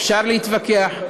אפשר להתווכח,